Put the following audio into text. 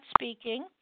speaking